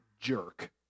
jerk